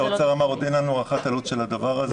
עוד אין לנו הערכת עלות של הדבר הזה.